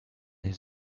his